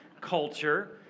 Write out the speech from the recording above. culture